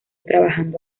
trabajando